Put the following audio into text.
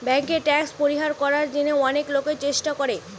বেঙ্কে ট্যাক্স পরিহার করার জিনে অনেক লোকই চেষ্টা করে